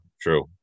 true